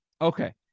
Okay